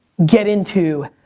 get into.